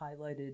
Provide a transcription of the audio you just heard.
highlighted